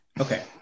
Okay